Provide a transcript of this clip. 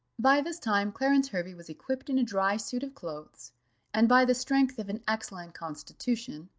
by this time clarence hervey was equipped in a dry suit of clothes and by the strength of an excellent constitution,